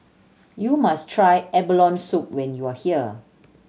you must try abalone soup when you are here